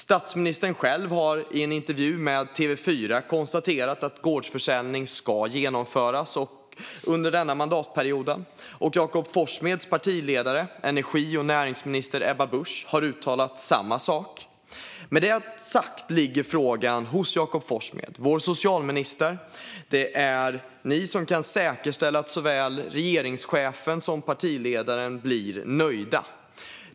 Statsministern själv har i en intervju med TV4 konstaterat att gårdsförsäljning ska genomföras under denna mandatperiod, och Jakob Forssmeds partiledare, energi och näringsminister Ebba Busch, har uttalat samma sak. Frågan ligger hos Jakob Forssmed, vår socialminister. Det är han som kan säkerställa att såväl regeringschefen som partiledaren blir nöjda.